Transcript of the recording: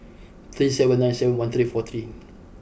three seven nine seven one three four three